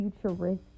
futuristic